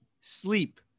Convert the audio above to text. sleep